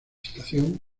estación